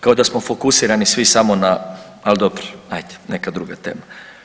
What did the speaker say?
Kao da smo fokusirani svi samo na, ali dobro ajde, neka druga tema.